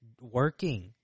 working